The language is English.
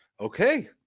Okay